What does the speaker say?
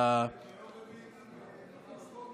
ביום רביעי נכנס חוק,